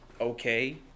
okay